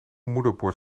moederbord